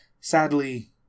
Sadly